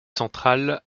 centrale